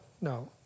no